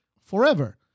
forever